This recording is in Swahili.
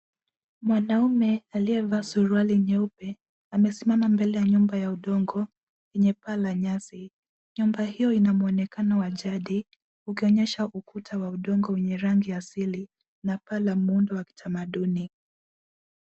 Mwanaume aliyevaa suruali nyeupe, amesimama mbele ya nyumba ya udongo lenye paa la nyasi. Nyumba hiyo ina muonekano wa jadi, ukionyesha ukuta wa udongo wenye rangi ya asili na paa la muundo wa kitamaduni.